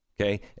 Okay